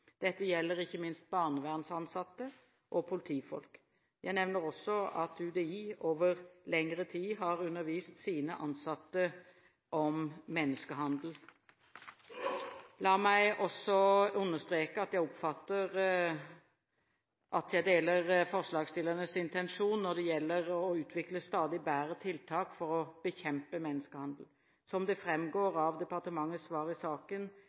Dette gjelder ikke minst barnevernsansatte og politifolk. Jeg nevner også at UDI over lengre tid har undervist sine ansatte om menneskehandel. La meg også understreke at jeg deler forslagsstillernes intensjon når det gjelder å utvikle stadig bedre tiltak for å bekjempe menneskehandel. Som det framgår av departementets svar i saken,